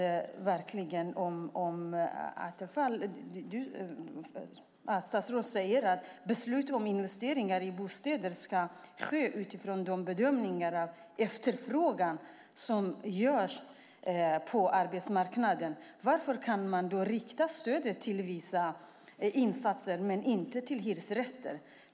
Statsrådet Attefall säger att beslut om investeringar i bostäder ska ske utifrån de bedömningar av efterfrågan som görs på arbetsmarknaden. Varför kan man då rikta stödet till vissa insatser, men inte till hyresrätter?